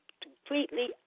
completely